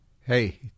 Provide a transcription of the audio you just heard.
Hey